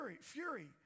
fury